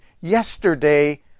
yesterday